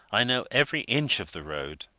i know every inch of the road.